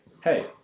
Hey